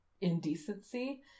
indecency